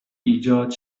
ایجاد